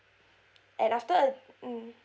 and after a mm